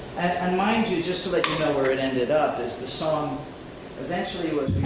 and mind you just so like you know where it ended up, is the song eventually would